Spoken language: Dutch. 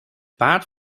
paard